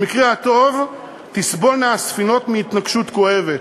במקרה הטוב תסבולנה הספינות מהתנגשות כואבת,